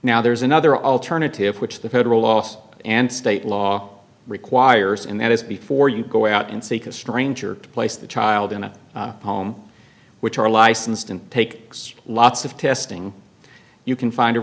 now there's another alternative which the federal laws and state law requires and that is before you go out and seek a stranger to place the child in a home which are licensed and take lots of testing you can find a